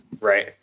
Right